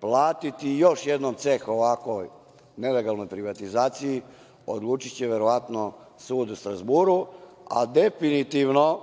platiti još jednom ceh ovako nelegalnoj privatizaciji, odlučiće verovatno sud u Strazburu, a definitivno